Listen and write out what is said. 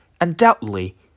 Undoubtedly